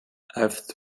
after